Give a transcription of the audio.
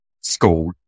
school